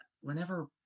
whenever